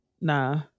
Nah